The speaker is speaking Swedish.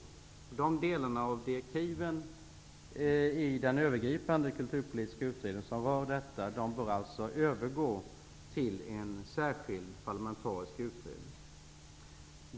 Dessa delar av direktiven för den övergripande kulturpolitiska utredningen bör alltså övergå till en särskild parlamentarisk utredning.